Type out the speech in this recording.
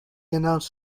announced